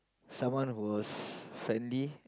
someone who was friendly